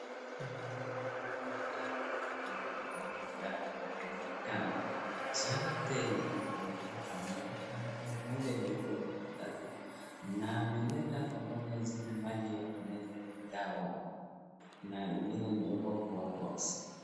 Picha hii naona mtu ambaye anataka kumeza dawa za aina tano. Zote ni dawa nyeupe ameweka hapo, moja imewekwa kwa karatasi na ameleta pamoja zile maji ya kumeza hiyo dawa na ingine imewekwa kwa boxi.